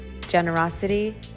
generosity